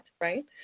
right